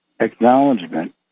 Acknowledgement